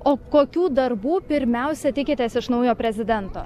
o kokių darbų pirmiausia tikitės iš naujo prezidento